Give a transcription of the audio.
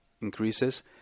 increases